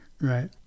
Right